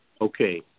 Okay